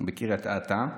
בקריית אתא,